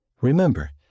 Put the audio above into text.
Remember